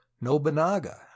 Nobunaga